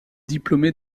diplômé